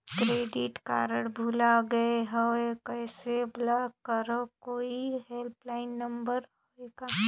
Credit card भुला गे हववं कइसे ब्लाक करव? कोई हेल्पलाइन नंबर हे का?